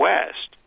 West